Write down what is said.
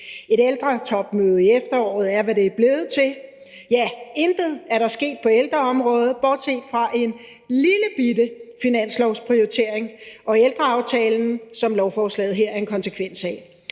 et ældretopmøde i efteråret er, hvad det er blevet til. Ja, intet er der sket på ældreområdet, bortset fra en lillebitte finanslovsprioritering og ældreaftalen, som lovforslaget her er en konsekvens af.